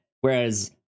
whereas